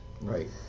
Right